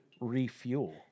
refuel